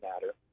matter